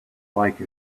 like